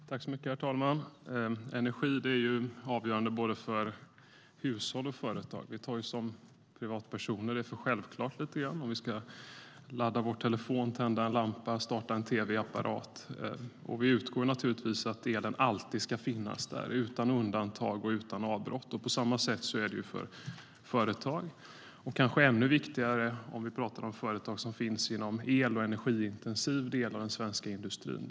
Ambitionshöjning för förnybar el och kontrollstation för elcertifikats-systemet 2015 Herr talman! Energi är avgörande för både hushåll och företag. Vi tar som privatpersoner det lite grann för självklart om vi ska ladda vår telefon, tända en lampa eller starta en tv-apparat. Vi utgår naturligtvis från att elen alltid ska finnas där utan undantag och utan avbrott. På samma sätt är det för företag. Det är kanske ännu viktigare om vi talar om företag som finns inom el och energiintensiv del av den svenska industrin.